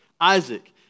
Isaac